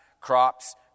crops